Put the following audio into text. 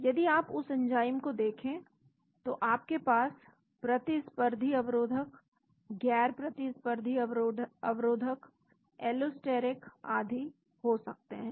यदि आप उस एंजाइम को देखें तो आपके पास प्रतिस्पर्धी अवरोध गैर प्रतिस्पर्धी अवरोध एलोस्टेरिक आदि हो क्या सकते हैं